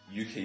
UK